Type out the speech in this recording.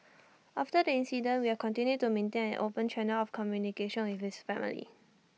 after the incident we have continued to maintain an open channel of communication with his family